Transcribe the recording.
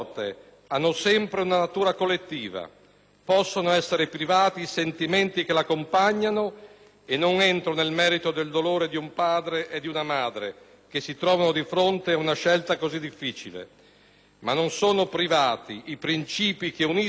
possono essere privati i sentimenti che l'accompagnano (e non entro nel merito del dolore di un padre e di una madre che si trovano di fronte a una scelta così difficile), ma non sono privati i principi che uniscono le persone e le comunità.